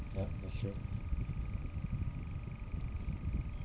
yup that's true